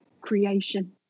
creation